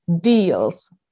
deals